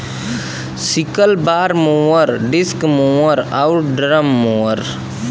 sickle bar mower, disc mower आउर drum mower